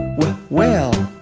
wuh-wuh whale